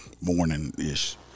morning-ish